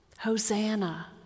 Hosanna